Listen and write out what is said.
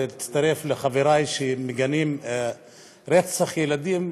להצטרף לחברי שמגנים רצח ילדים,